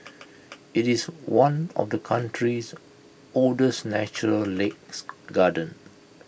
IT is one of the country's oldest natural lakes gardens